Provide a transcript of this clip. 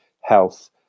health